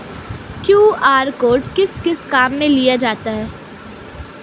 QR code किस किस काम में लिया जाता है?